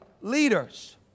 leaders